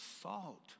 salt